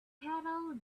kettle